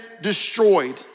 destroyed